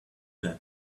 that